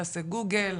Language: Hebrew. תעשה גוגל,